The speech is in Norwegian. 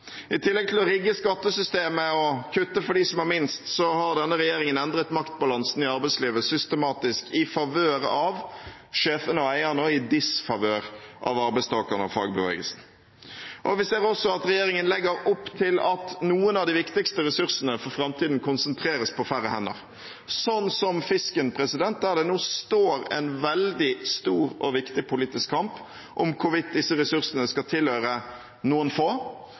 I tillegg til å rigge skattesystemet og kutte for dem som har minst, har denne regjeringen endret maktbalansen i arbeidslivet systematisk, i favør av sjefene og eierne og i disfavør av arbeidstakerne og fagbevegelsen. Vi ser også at regjeringen legger opp til at noen av de viktigste ressursene for framtiden konsentreres på færre hender, sånn som fisken, der en nå står i en veldig stor og viktig politisk kamp om hvorvidt disse ressursene i framtiden skal tilhøre noen få,